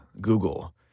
Google